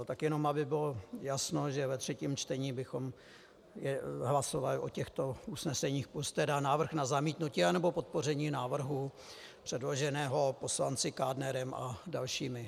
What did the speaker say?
Tak jenom aby bylo jasno, že ve třetím čtení bychom hlasovali o těchto usneseních plus návrh na zamítnutí nebo podpoření návrhu předloženého poslanci Kádnerem a dalšími.